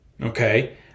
okay